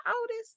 oldest